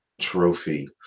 trophy